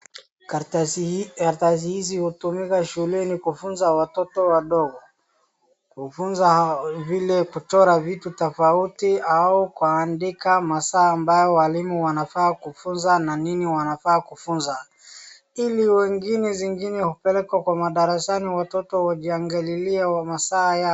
Karatasi hii ya kazi hizi hutumika shuleni kufunza watoto wadogo, kufunza vile kuchora vitu tofauti au kuandika masaa ambayo walimu wanafaa kufunza na nini wanafaa kufunza, ili wengine zingine wakipelekwa kwa madarasani watoto wajiangalilie masaa yao.